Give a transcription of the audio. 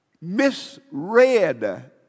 misread